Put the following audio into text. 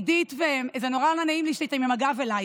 עידית, זה נורא לא נעים לי שאתן עם הגב אליי.